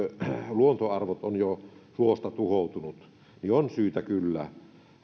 luontoarvot ovat jo suosta tuhoutuneet niin on syytä kyllä